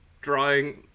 drawing